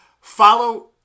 follow